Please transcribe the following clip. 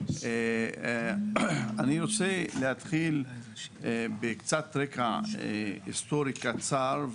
אני רוצה להתחיל עם קצת רקע היסטורי קצר,